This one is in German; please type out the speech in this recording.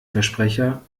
versprecher